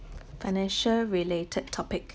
financial related topic